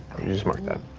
you just mark that.